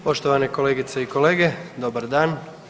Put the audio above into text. Poštovane kolegice i kolege dobar dan.